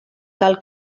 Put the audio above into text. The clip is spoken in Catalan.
cal